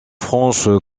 franche